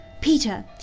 Peter